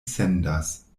sendas